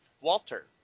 Walter